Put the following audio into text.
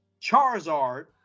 Charizard